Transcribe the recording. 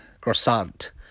croissant